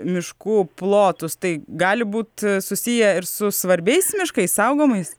miškų plotus tai gali būt susiję ir su svarbiais miškais saugomais